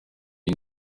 iyi